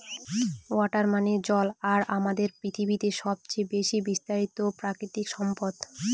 water মানে জল আর আমাদের পৃথিবীতে সবচেয়ে বেশি বিস্তারিত প্রাকৃতিক সম্পদ